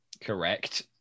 Correct